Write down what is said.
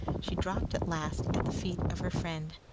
she dropped at last at the feet of her friend,